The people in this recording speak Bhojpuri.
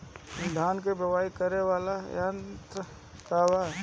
धान के बुवाई करे वाला यत्र का ह?